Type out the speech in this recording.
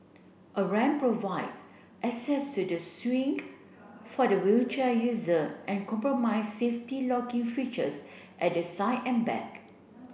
a ramp provides access to the swing for the wheelchair user and comprise safety locking features at the side and back